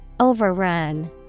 Overrun